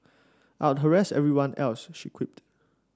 I'd harass everyone else she quipped